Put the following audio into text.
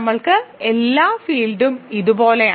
നമ്മൾക്ക് എല്ലാ ഫീൽഡും ഇതുപോലെയാണ്